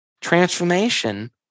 transformation